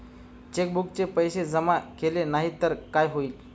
चेकबुकचे पैसे जमा केले नाही तर काय होईल?